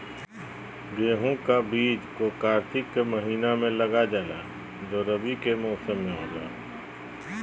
गेहूं का बीज को कार्तिक के महीना में लगा जाला जो रवि के मौसम में होला